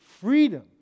freedom